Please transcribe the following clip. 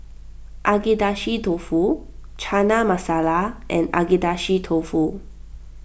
Agedashi Dofu Chana Masala and Agedashi Dofu